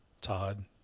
Todd